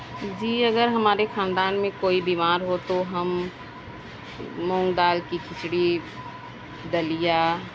جی اگر ہمارے خاندان میں کوئی بیمار ہو تو ہم مونگ دال کی کھچڑی دلیا